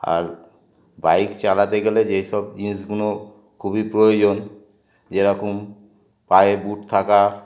আর bike চালাতে গেলে যেই সব জিনিসগুলো খুবই প্রয়োজন যেরকম পায়ে বুট থাকা